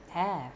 have